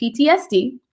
PTSD